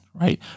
right